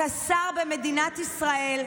אתה שר במדינת ישראל,